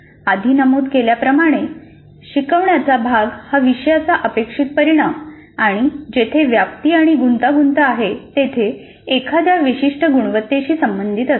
आधी नमूद केल्याप्रमाणे शिकवण्याचा भाग हा विषयाचा अपेक्षित परिणाम आणि जेथे व्याप्ती आणि गुंतागुंत आहे तेथे एखाद्या विशिष्ट गुणवत्तेशी संबंधित असतो